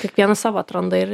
kiekvienas savo atranda ir